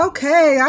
Okay